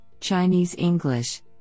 Chinese-English